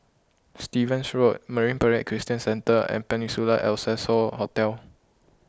Stevens Road Marine Parade Christian Centre and Peninsula Excelsior Hotel